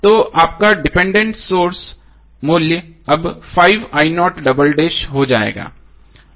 तो आपका dependent source मूल्य अब हो जाएगा